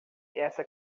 essa